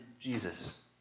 Jesus